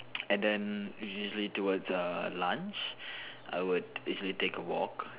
and then it's usually towards err lunch I would easily take a walk